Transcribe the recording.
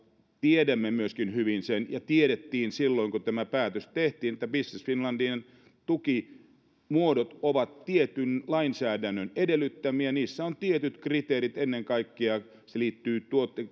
tiedämme hyvin myöskin sen ja tiedettiin silloin kun tämä päätös tehtiin että business finlandin tukimuodot ovat tietyn lainsäädännön edellyttämiä ja niissä on tietyt kriteerit ennen kaikkea ne liittyvät